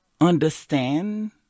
understand